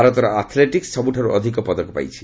ଭାରତର ଆଥ୍ଲେଟିକ୍ସ ସବୁଠାରୁ ଅଧିକ ପଦକ ପାଇଛି